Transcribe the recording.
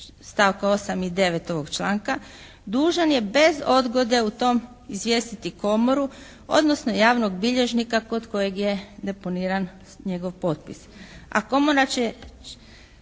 stavka 8. i 9. ovog članka dužan je bez odgode u tom izvijestiti Komoru, odnosno javnog bilježnika kod kojeg je deponiran njegov potpis,